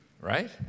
Right